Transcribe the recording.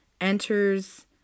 enters